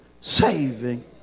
saving